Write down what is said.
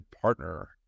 partner